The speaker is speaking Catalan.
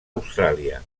austràlia